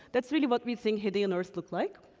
that's really what we think hadean earth looked like,